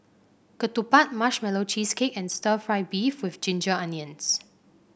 ketupat Marshmallow Cheesecake and stir fry beef with Ginger Onions